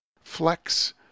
flex